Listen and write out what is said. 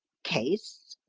case?